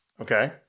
Okay